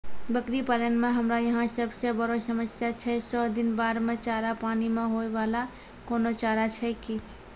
बकरी पालन मे हमरा यहाँ सब से बड़ो समस्या छै सौ दिन बाढ़ मे चारा, पानी मे होय वाला कोनो चारा छै कि?